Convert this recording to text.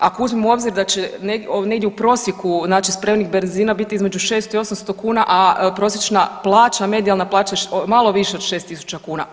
Ako uzmemo u obzir da će negdje u prosjeku znači spremnik benzina biti između 600 i 800 kuna, a prosječna plaća medijalna plaća malo više od 6000 kuna.